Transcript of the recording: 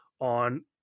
on